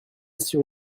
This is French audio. sur